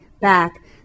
back